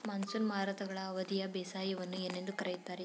Monsoon ಮಾರುತಗಳ ಅವಧಿಯ ಬೇಸಾಯವನ್ನು ಏನೆಂದು ಕರೆಯುತ್ತಾರೆ?